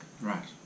Right